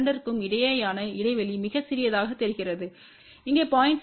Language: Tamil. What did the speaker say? இரண்டிற்கும் இடையேயான இடைவெளி மிகச் சிறியதாகத் தெரிகிறது இங்கே 0